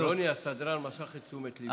רוני הסדרן משך את תשומת ליבי.